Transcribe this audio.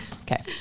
Okay